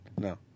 No